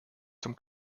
zum